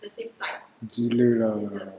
gila ah kau